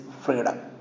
freedom